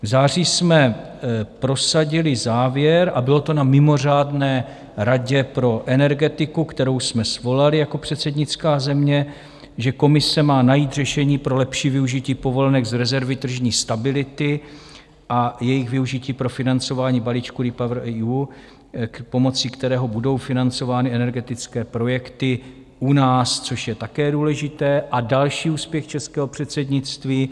V září jsme prosadili závěr a bylo to na mimořádné radě pro energetiku, kterou jsme svolali jako předsednická země že Komise má najít řešení pro lepší využití povolenek z rezervy tržní stability a jejich využití pro financování balíčku REPower EU, pomocí kterého budou financovány energetické projekty u nás, což je také důležité další úspěch českého předsednictví.